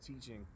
teaching